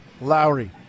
Lowry